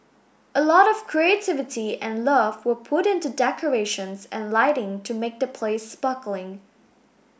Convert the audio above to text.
a lot of creativity and love were put into decorations and lighting to make the place sparkling